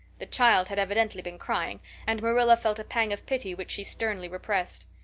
the child had evidently been crying and marilla felt a pang of pity which she sternly repressed.